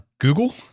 Google